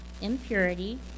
impurity